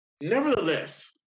nevertheless